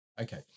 Okay